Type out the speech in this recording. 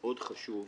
מאוד חשובה